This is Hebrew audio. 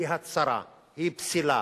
היא הצרה, היא פסילה,